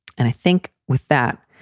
and i think with that,